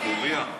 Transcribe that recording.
ההלוויה.